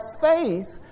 faith